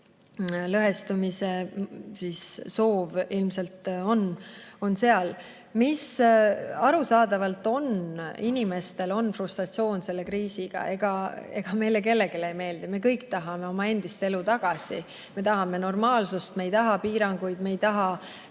ole. Lõhestumise soov ilmselt on seal. Arusaadavalt on inimestel tekkinud frustratsioon selle kriisi ajal. Ega meile kellelegi olukord ei meeldi. Me kõik tahame endist elu tagasi, me tahame normaalsust, me ei taha piiranguid, me ei taha